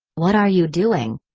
what are you doing?